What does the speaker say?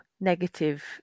negative